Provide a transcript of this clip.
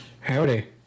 Howdy